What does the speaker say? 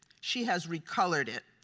she has recolored it.